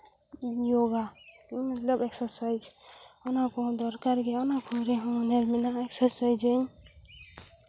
ᱡᱳᱜᱟ ᱢᱚᱛᱞᱚᱵ ᱮᱠᱥᱟᱨᱥᱟᱭᱤᱡᱽ ᱚᱱᱟ ᱠᱚᱦᱚᱸ ᱫᱚᱨᱠᱟᱨ ᱜᱮᱭᱟ ᱚᱱᱟ ᱠᱚᱨᱮᱦᱚᱸ ᱢᱮᱱᱟ ᱮᱠᱥᱟᱨᱥᱟᱭᱤᱡᱽ ᱟᱹᱧ